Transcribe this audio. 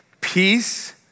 Peace